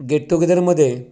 gate टू गेदरमध्ये